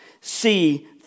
see